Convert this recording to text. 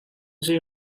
zei